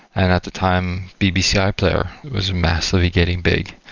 and at the time, bbc ah iplayer was massively getting big.